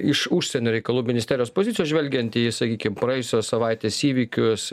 iš užsienio reikalų ministerijos pozicijos žvelgiant į sakykim praėjusios savaitės įvykius